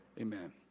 Amen